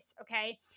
okay